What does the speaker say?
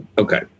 Okay